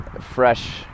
fresh